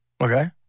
Okay